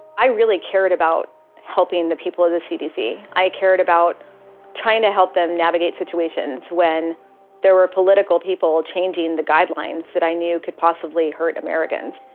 i cared about helping the people in the cdc. i cared about trying to help them navigate situations when there were political people chanting the guidelines that i knew could possibly hurt americans.